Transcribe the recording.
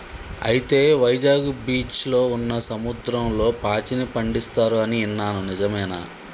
అయితే వైజాగ్ బీచ్లో ఉన్న సముద్రంలో పాచిని పండిస్తారు అని ఇన్నాను నిజమేనా